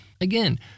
Again